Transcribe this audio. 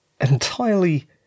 entirely